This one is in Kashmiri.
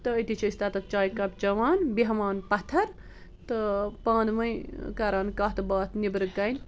تہٕ أتی چھِ أسۍ تتتھ چاے کپ چیوان بیٚہوان پتھر تہٕ پانہٕ ؤنۍ کران کتھ باتھ نٮ۪برٕ کٔنۍ